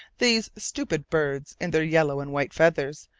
these stupid birds, in their yellow and white feathers,